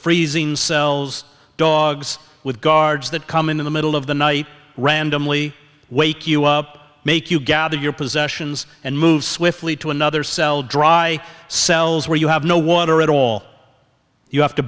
freezing cells dogs with guards that come in in the middle of the night randomly wake you up make you gather your possessions and move swiftly to another cell dry cells where you have no water at all you have to